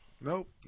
nope